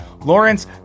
Lawrence